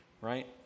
right